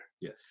Yes